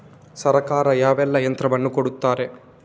ಸರ್ಕಾರ ಯಾವೆಲ್ಲಾ ಯಂತ್ರವನ್ನು ಕೊಡುತ್ತಾರೆ?